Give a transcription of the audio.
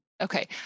okay